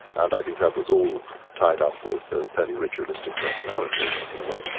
and i think that was all tied up with a fairly ritualistic personality in in a way.